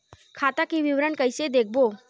खाता के विवरण कइसे देखबो?